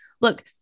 Look